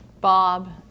Bob